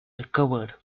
recovered